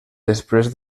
després